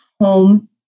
home